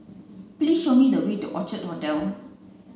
please show me the way to Orchard Hotel